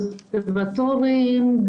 הרספירטוריים,